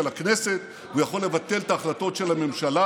הכנסת והוא יכול לבטל את ההחלטות של הממשלה.